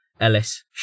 Ellis